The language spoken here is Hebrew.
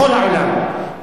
בכל העולם.